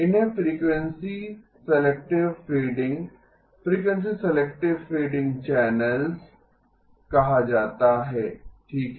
इन्हें frequency selective fading frequency selective fading channel कहा जाता है ठीक है